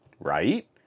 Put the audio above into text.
right